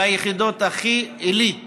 ביחידות שהן הכי עילית